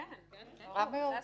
כן, זה הסיפור.